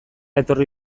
etorri